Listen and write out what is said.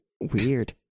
Weird